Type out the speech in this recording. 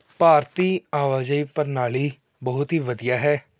ਭਾਰਤੀ ਆਵਾਜਾਈ ਪ੍ਰਣਾਲੀ ਬਹੁਤ ਹੀ ਵਧੀਆ ਹੈ